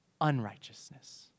unrighteousness